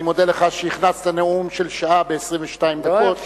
אני מודה לך על שהכנסת נאום של שעה ב-22 דקות.